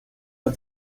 but